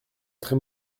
très